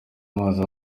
amazi